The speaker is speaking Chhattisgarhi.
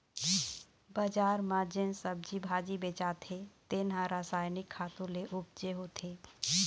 बजार म जेन सब्जी भाजी बेचाथे तेन ह रसायनिक खातू ले उपजे होथे